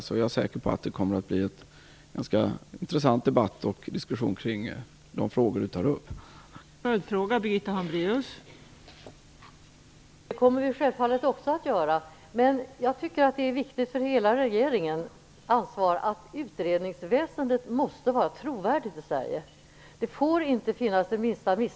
Jag är säker på att det kommer att bli en intressant debatt och diskussion kring de frågor som Birgitta Hambraeus tar upp.